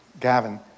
Gavin